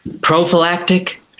Prophylactic